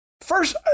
first